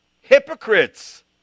hypocrites